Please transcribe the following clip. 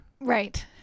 right